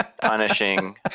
punishing